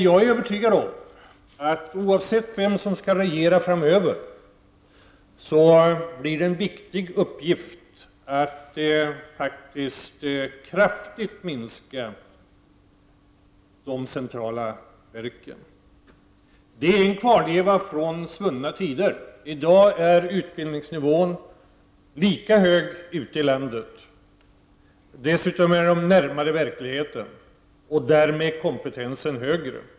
Jag är övertygad om att oavsett vem som skall regera framöver blir det en viktig uppgift att faktiskt kraftigt minska på de centrala verken. De nuvarande förhållandena är en kvarleva från svunna tider. I dag är utbildningsnivån lika hög ute i landet. Dessutom står de lokala arbetsförmedlarna närmare verkligheten. Därmed blir deras kompetens högre.